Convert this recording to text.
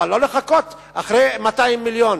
אבל לא לחכות אחרי 200 מיליון.